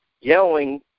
yelling